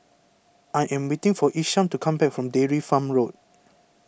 I am waiting for Isham to come back from Dairy Farm Road